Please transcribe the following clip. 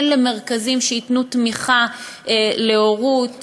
כן למרכזים שייתנו תמיכה להורות,